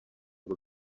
ngo